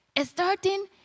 starting